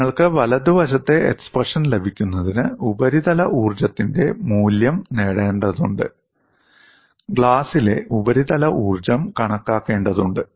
നിങ്ങൾക്ക് വലതുവശത്തെ എക്സ്പ്രഷൻ ലഭിക്കുന്നതിന് ഉപരിതല ഊർജ്ജത്തിന്റെ മൂല്യം നേടേണ്ടതുണ്ട് ഗ്ലാസിലെ ഉപരിതല ഊർജ്ജം കണക്കാക്കേണ്ടതുണ്ട്